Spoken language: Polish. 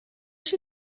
się